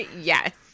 Yes